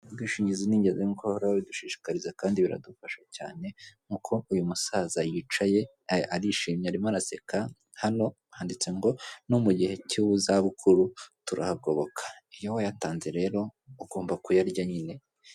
Ubwishingizi ni ingenzi nk'uko bahora babidushishikariza kandi biradufasha cyane nk'uko uyu musaza yicaye, arishimye arimo araseka, hano handitse ngo no mu gihe k'izabukuru turahagoboka, iyo wayatanze rero ugomba kuyarya nyine.